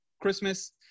christmas